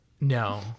No